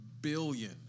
billion